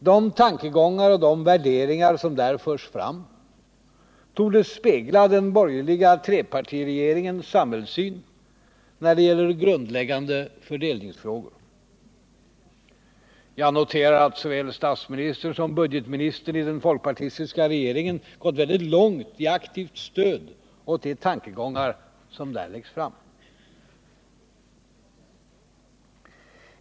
De tankegångar och de värderingar som där förs fram torde spegla den borgerliga trepartiregeringens samhällssyn när det gäller grundläggande fördelningsfrågor. Jag noterar att såväl statsministern som budgetministern i den folkpartistiska regeringen gått väldigt långt i aktivt stöd åt de tankegångar som där läggs fram.